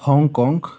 Hong Kong